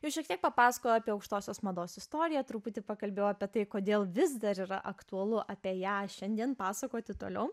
jau šiek tiek papasakojau apie aukštosios mados istoriją truputį pakalbėjau apie tai kodėl vis dar yra aktualu apie ją šiandien pasakoti toliau